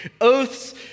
Oaths